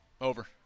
Over